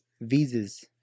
visas